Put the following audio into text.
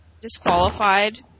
disqualified